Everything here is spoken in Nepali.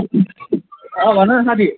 अँ भन न साथी